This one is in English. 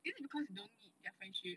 is it because don't need their friendship